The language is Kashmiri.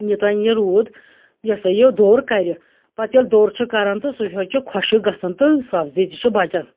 یوٚتام یہِ روٗد یہِ ہسا یہِ دوٚر کرِ پَتہٕ ییٚلہِ دوٚر چھُ کران تہٕ سُہ حظ چھُ خۄشٕک گژھان تہٕ سَبزۍ تہِ چھِ بَچان